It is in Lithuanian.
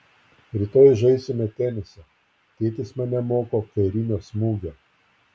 rytoj žaisime tenisą tėtis mane moko kairinio smūgio